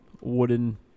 wooden